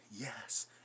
yes